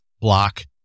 block